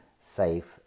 safe